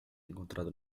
encontrado